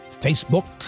Facebook